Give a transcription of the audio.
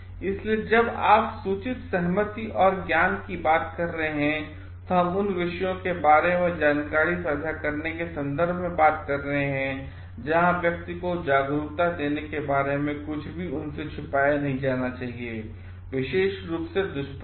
इसलिए जब आप सूचित सहमति और ज्ञान की बात कर रहे हैं तो हम उन विषयों के बारे में जानकारी साझा करने के संदर्भ में बात कर रहे हैं जहां व्यक्ति को जागरूकता देने के बारे में कुछ भी उनसे छिपाया नहीं जाना चाहिए विशेष रूप से दुष्प्रभाव